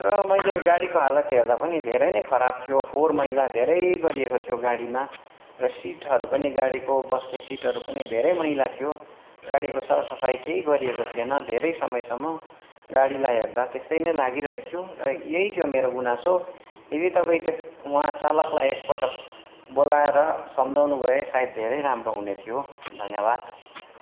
र मैले गाडीको हालत हेर्दा पनि धेरै नै खराब थियो फोहोर मैला धेरै गरिएको थियो गाडीमा र सिटहरू पनि गाडीको बस्ने सिटहरू पनि धेरै मैला थियो गाडीको सर सफाइ केही गरिएको थिएन धेरै समयसम्म गाडीलाई हेर्दा त्यस्तै नै लागिरहेको थियो र यही थियो मेरो गुनासो यदि तपाईँ त्यो उहाँ चालकलाई एकपटक बोलाएर सम्झाउनु भए सायद धेरै राम्रो हुने थियो धन्यवाद